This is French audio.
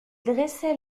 dressaient